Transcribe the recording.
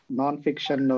non-fiction